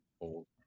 old